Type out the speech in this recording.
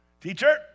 Teacher